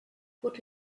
put